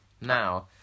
Now